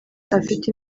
afite